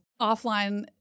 offline